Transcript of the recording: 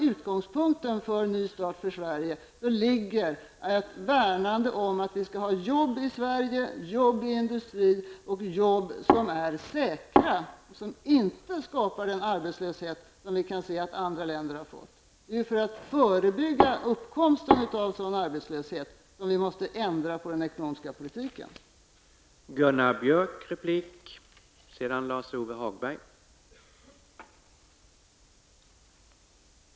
Utgångspunkten för Ny start för Sverige ligger i ett värnande om att det skall finnas arbeten i Sverige, arbeten i industrin och arbeten som är säkra, dvs. som inte skapar en arbetslöshet som vi kan se att andra länder har fått. Det är för att förebygga uppkomsten av sådan arbetslöshet som den ekonomiska politiken måste förändras.